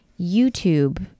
YouTube